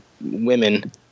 women